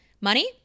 Money